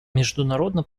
международно